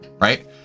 right